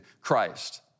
Christ